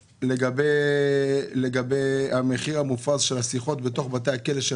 לגבי המחיר המופרז של השיחות של האסירים בתוך בתי הכלא.